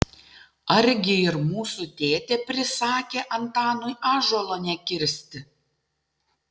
argi ir mūsų tėtė prisakė antanui ąžuolo nekirsti